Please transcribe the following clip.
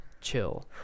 chill